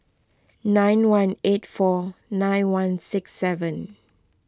nine one eight four nine one six seven